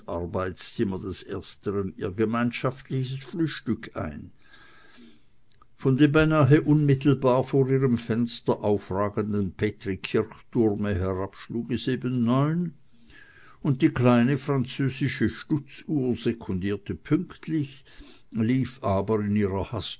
arbeitszimmer des ersteren ihr gemeinschaftliches frühstück ein von dem beinah unmittelbar vor ihrem fenster aufragenden petri kirchturme herab schlug es eben neun und die kleine französische stutzuhr sekundierte pünktlich lief aber in ihrer